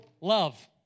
love